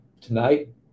Tonight